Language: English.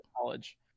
college